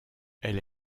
elle